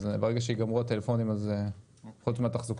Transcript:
אז ברגע שיגמרו הטלפונים אז חוץ מהתחזוקה.